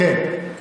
כן, כן.